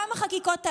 גם החקיקות האלה.